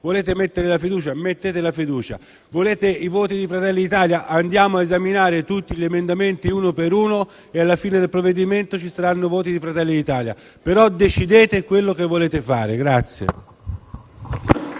Volete mettere la fiducia? Mettete la fiducia. Volete i voti di Fratelli d'Italia? Andiamo a esaminare tutti gli emendamenti uno per uno e, alla fine del provvedimento, ci saranno i voti di Fratelli d'Italia. Decidete però quello che volete fare. Grazie.